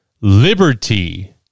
liberty